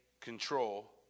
control